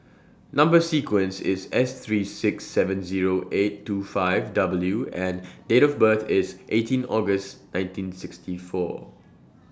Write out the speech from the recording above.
Number sequence IS S three six seven Zero eight two five W and Date of birth IS eighteenth August nineteen sixty four